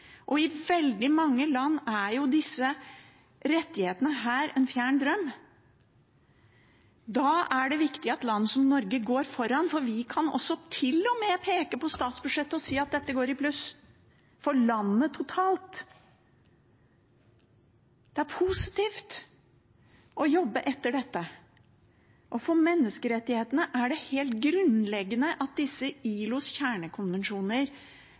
I veldig mange land er disse rettighetene en fjern drøm. Da er det viktig at land som Norge går foran, for vi kan til og med peke på statsbudsjettet og si at dette går i pluss for landet totalt. Det er positivt å jobbe etter dette. Og for menneskerettighetene er det helt grunnleggende at ILOs kjernekonvensjoner